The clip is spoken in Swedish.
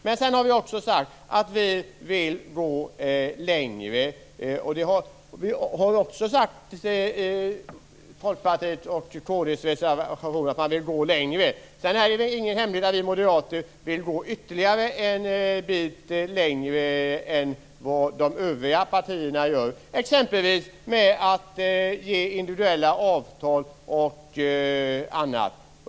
Men vi har också sagt i reservationen att vill gå längre. Det är ingen hemlighet att vi moderater vill gå ytterligare en bit längre än vad de övriga partierna gör, exempelvis med individuella avtal och annat.